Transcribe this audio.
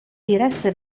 diresse